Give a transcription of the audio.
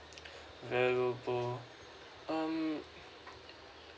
valuable um